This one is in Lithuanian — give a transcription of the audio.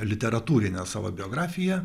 literatūrinę savo biografiją